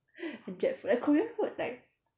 and jap food eh korean food like